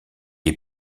est